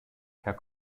herr